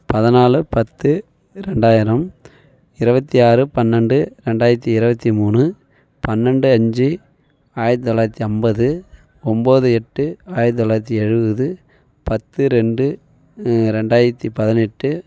பதிநாலு பத்து ரெண்டாயிரம் இரபத்தி ஆறு பன்னெண்டு ரெண்டாயிரத்தி இரபத்தி மூணு பன்னெண்டு அஞ்சு ஆயரத்தி தொள்ளாயிரத்தி ஐம்பது ஒன்போது எட்டு ஆயரத்தி தொள்ளாயிரத்தி எழுபது பத்து ரெண்டு ரெண்டாயிரத்தி பதினெட்டு